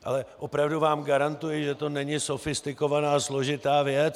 Ale opravdu vám garantuji, že to není sofistikovaná a složitá věc.